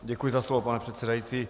Děkuji za slovo, pane předsedající.